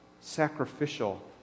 sacrificial